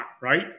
right